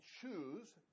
choose